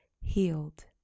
healed